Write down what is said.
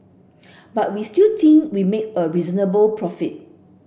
but we still think we made a reasonable profit